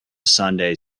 sunday